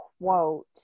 quote